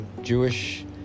Jewish